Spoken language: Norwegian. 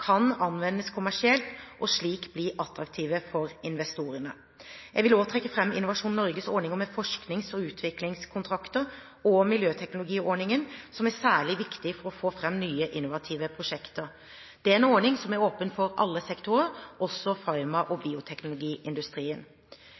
kan anvendes kommersielt og slik bli attraktive for investorene. Jeg vil også trekke fram Innovasjon Norges ordninger med forsknings- og utviklingskontrakter og miljøteknologiordninger, som er særlig viktige for å få fram nye, innovative prosjekter. Dette er en ordning som er åpen for alle sektorer, også farma- og